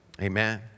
amen